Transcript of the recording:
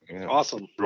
awesome